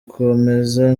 kameze